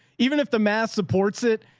even if the math supports it,